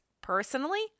Personally